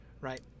right